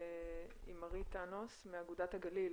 עם מארי טאנוס מאגודת הגליל.